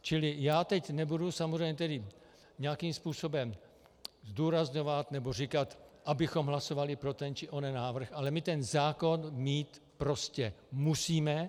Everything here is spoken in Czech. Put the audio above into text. Čili já teď nebudu samozřejmě nějakým způsobem zdůrazňovat nebo říkat, abychom hlasovali pro ten či onen návrh, ale my ten zákon mít prostě musíme.